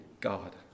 God